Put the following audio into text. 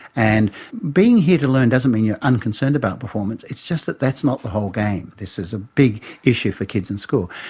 and being here to learn doesn't mean you're unconcerned about performance, it's just that that's not the whole game. this is a big issue for kids in school.